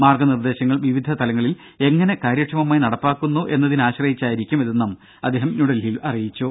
മാർഗനിർദേശങ്ങൾ വിവിധ തലങ്ങളിൽ എങ്ങനെ കാര്യക്ഷമമായി നടപ്പാക്കുന്നു എന്നതിനെ ആശ്രയിച്ചായിരിക്കും ഇതെന്നും അദ്ദേഹം ന്യൂഡൽഹിയിൽ പറഞ്ഞു